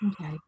Okay